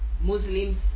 Muslims